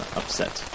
upset